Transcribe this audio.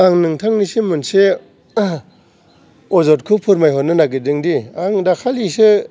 आं नोंथांनिसिम मोनसे अजदखौ फोरमायहरनो नागिरदोंदि आं दाखोलिसो